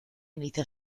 inicia